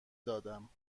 دادم